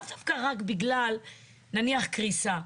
לאו דווקא רק בגלל נניח קריסה.